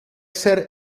ser